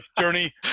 journey